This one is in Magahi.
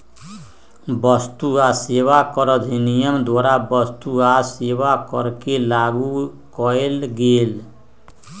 वस्तु आ सेवा कर अधिनियम द्वारा वस्तु आ सेवा कर के लागू कएल गेल